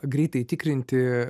greitai tikrinti